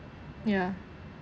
yeah